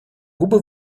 губы